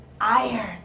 iron